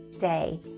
day